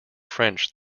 french